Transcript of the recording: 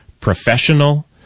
professional